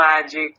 magic